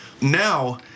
Now